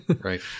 Right